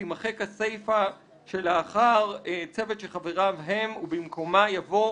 תימחק הסיפא שלאחר "צוות שחבריו הם" ובמקומה יבוא: